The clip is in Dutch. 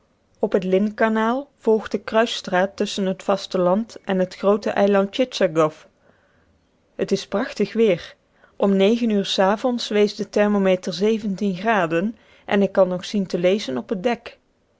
op het lynnkanaal volgt de kruisstraat tusschen het vasteland en het groote eiland tchitchagoff het is prachtig weer om negen uur s avonds wees de thermometer graden en ik kan nog zien te lezen op het dek